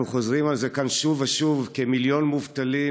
אנחנו חוזרים על זה כאן שוב ושוב: כמיליון מובטלים,